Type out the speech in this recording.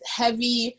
heavy